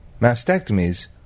mastectomies